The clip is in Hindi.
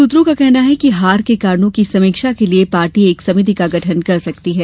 सूत्रों का कहना है कि हार के कारणों की समीक्षा के लिये पार्टी एक समिति का गठन कर सकती है